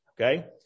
Okay